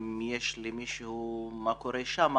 אם יש למישהו --- מה קורה שם